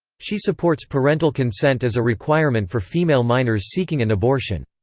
she supports parental consent as a requirement for female minors seeking an abortion.